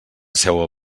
seua